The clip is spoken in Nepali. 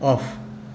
अफ